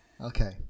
Okay